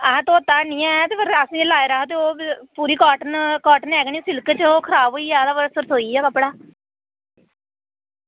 असें धोता ऐनी ऐ ते फिर असें लाएदा हा ते ओह् पूरी काटन काटन ऐ गै निं सिल्क च खराब होई गेआ ते छरछोई गेआ कपड़ा